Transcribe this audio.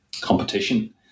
competition